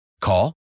Call